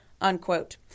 unquote